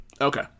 Okay